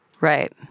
Right